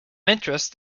interest